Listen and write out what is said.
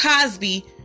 Cosby